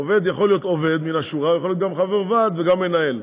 עובד יכול להיות עובד מן השורה ויכול להיות גם חבר ועד וגם מנהל.